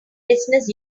business